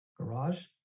garage